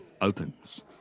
opens